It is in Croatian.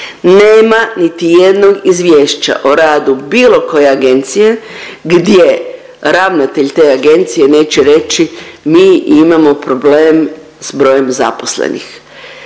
nema niti jednog izvješća o radu bilo koje agencije gdje ravnatelj te agencije neće reći mi imamo problem s brojem zaposlenih.